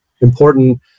important